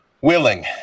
willing